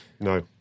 No